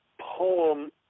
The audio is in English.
poem